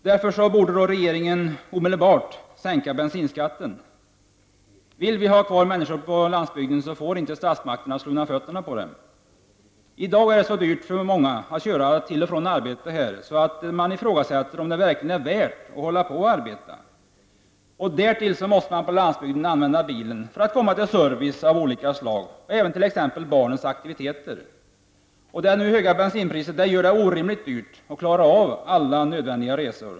Därför borde regeringen omedelbart sänka bensinskatten. Vill vi ha kvar människor på landsbygden får inte statsmakterna slå undan fötterna på dem. I dag är det så dyrt för många att köra till och från arbetet att man ifrågasätter om det verkligen är värt att arbeta. Därtill måste man på landsbygden använda bilen för att komma till service av olika slag och även till barnens aktiviteter. Det nu höga bensinpriset gör det orimligt dyrt att klara av alla nödvändiga resor.